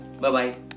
Bye-bye